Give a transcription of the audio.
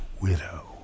widow